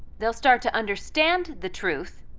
they'll start to understand the truth,